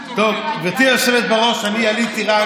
גברתי היושבת בראש, אני עליתי רק